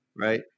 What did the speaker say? right